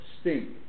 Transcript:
stink